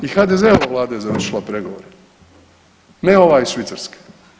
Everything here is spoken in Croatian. I HDZ-ova vlada je završila pregovore, ne ova iz Švicarske.